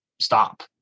stop